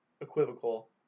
equivocal